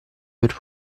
per